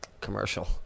commercial